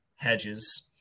Hedges